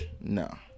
No